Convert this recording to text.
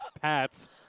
Pat's